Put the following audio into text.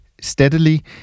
steadily